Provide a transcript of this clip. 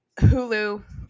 Hulu